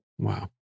Wow